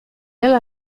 ala